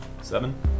Seven